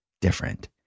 different